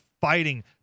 fighting